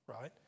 right